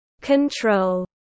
control